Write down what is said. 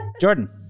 Jordan